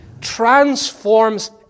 transforms